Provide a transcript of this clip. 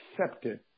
accepted